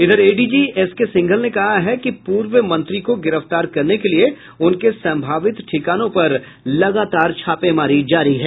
इधर ADG S K Singhal ने कहा है कि पूर्व मंत्री को गिरफ्तार करने के लिए उनके संभावित ठिकानों पर लगातार छापेमारी जारी है